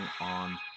on